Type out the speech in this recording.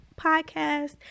podcast